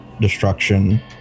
destruction